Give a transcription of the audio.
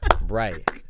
Right